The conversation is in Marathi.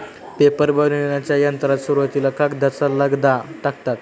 पेपर बनविण्याच्या यंत्रात सुरुवातीला कागदाचा लगदा टाकतात